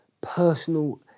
personal